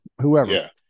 whoever